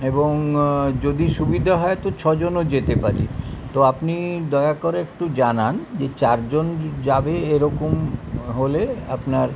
এবং যদি সুবিধা হয় তো ছজনও যেতে পারি তো আপনি দয়া করে একটু জানান যে চারজন যাবে এরকম হলে আপনার